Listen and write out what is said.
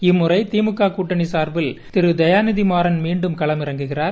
இம்முறை திமுக கூட்டணி சார்பில் திரு தயாநிதிமாறன் மீண்டும் களம் இறங்குகிறார்